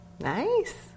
Nice